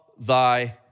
thy